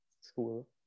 school